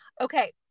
Okay